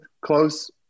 close